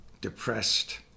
depressed